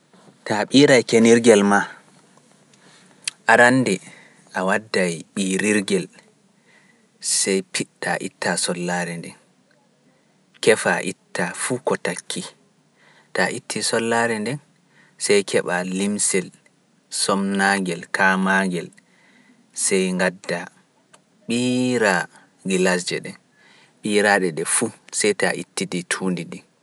Ta ɓiiraa kenirgel maa, arande a wadday ɓiirirgel, sey piɗtaa ittaa sollaare nde, keefaa ittaa fuu ko takkii, ta itti sollaare nde, sey keɓaa limsel somnaangel kaamaangel, sey ngaddaa ɓiiraa gilaasje ɗe, ɓiiraa ɗe ɗe fuu, sey ta ittidi tuundi ɗe.